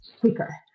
quicker